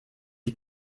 die